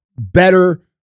better